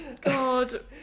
God